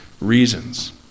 reasons